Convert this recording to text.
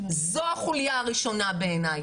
זו החוליה הראשונה בעיניי,